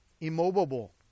immobile